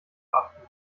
achten